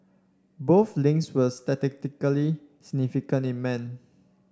both links were statistically significant in men